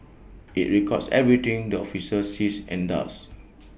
IT records everything the officer sees and does